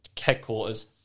headquarters